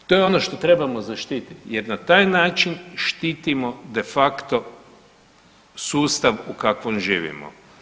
To je ono što trebamo zaštititi, jer na taj način štitimo de facto sustav u kakvom živimo.